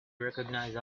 recognize